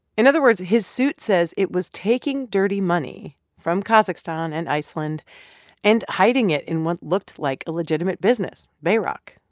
in other words, his suit says it was taking dirty money from kazakhstan and iceland and hiding it in what looked like a legitimate business, bayrock,